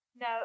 No